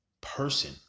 person